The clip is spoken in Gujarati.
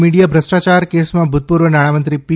મીડિયા ભ્રષ્ટાયાર કેસમાં ભૂતપૂર્વ નાણાંમંત્રી પી